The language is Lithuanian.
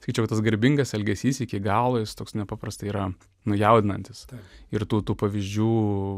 sakyčiau tas garbingas elgesys iki galo jis toks nepaprastai yra na jaudinantis ir tautų pavyzdžių